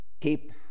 keep